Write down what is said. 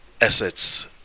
Assets